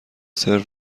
سرو